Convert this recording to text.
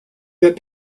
that